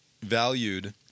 valued